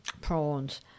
prawns